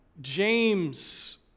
James